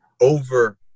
over